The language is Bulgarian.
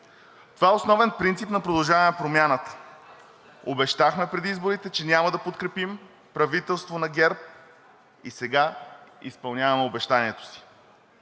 Това е основен принцип на „Продължаваме Промяната“. Преди изборите обещахме, че няма да подкрепим правителство на ГЕРБ и сега изпълняваме обещанието си.